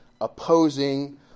opposing